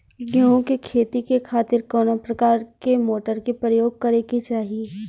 गेहूँ के खेती के खातिर कवना प्रकार के मोटर के प्रयोग करे के चाही?